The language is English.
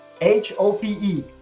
H-O-P-E